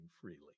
freely